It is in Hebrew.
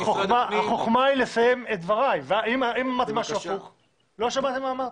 עוד לא סיימתי את דבריי לא שמעת מה אמרתי.